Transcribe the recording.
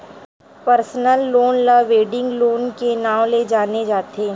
personal loan ल wedding loan के नांव ले जाने जाथे